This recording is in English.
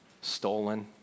stolen